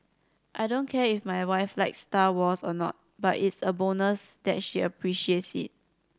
I don't care if my wife likes Star Wars or not but it's a bonus that she appreciates it